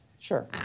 Sure